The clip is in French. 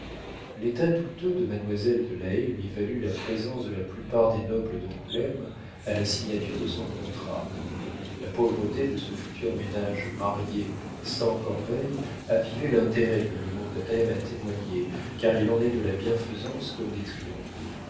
l'état douteux de mademoiselle de la haye lui valut la présence de la plupart des nobles d'angoulême à la signature de son contrat la pauvreté de ce futur ménage marié sans corbeille avivait l'intérêt que le monde aime à témoigner car il en est de la bienfaisance comme des